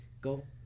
go